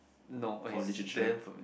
no okay is damn familiar